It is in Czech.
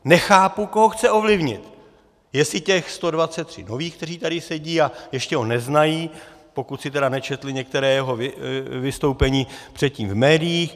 Nechápu, koho chce ovlivnit, jestli těch 123 nových, kteří tady sedí a ještě ho neznají, pokud si tedy nečetli některé jeho vystoupení předtím v médiích.